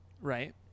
Right